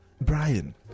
Brian